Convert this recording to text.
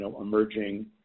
emerging